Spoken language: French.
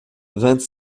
vingt